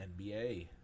nba